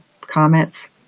Comments